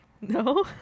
No